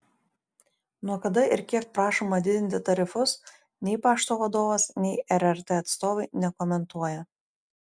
nuo kada ir kiek prašoma didinti tarifus nei pašto vadovas nei rrt atstovai nekomentuoja